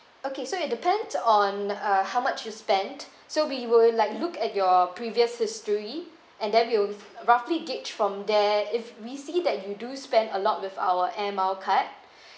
okay so it depends on uh how much you spend so we will like look at your previous history and then we will roughly gauge from there if we see that you do spend a lot with our air mile card